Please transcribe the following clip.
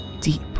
deep